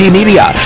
Media